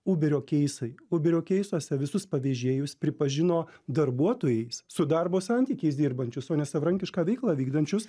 uberio keisai uberio keisuose visus pavėžėjus pripažino darbuotojais su darbo santykiais dirbančius o ne savarankišką veiklą vykdančius